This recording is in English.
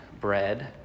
bread